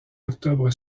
octobre